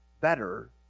better